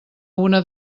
una